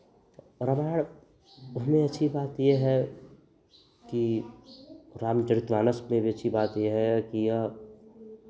रामायण उसमें अच्छी बात ये है कि रामचरित मानस में भी अच्छी बात ये है कि यह